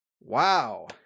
Wow